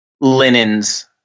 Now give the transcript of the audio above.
linens